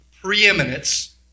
preeminence